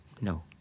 No